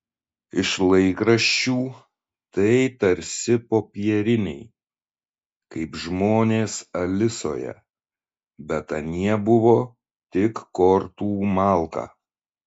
iš laikraščių tai tarsi popieriniai kaip žmonės alisoje bet anie buvo tik kortų malka